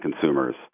consumers